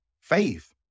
faith